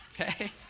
okay